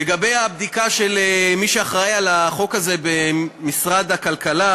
לגבי הבדיקה של מי שאחראי לחוק הזה במשרד הכלכלה,